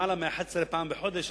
למעלה מ-11 פעם בחודש,